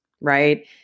right